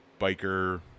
biker